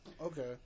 Okay